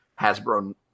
Hasbro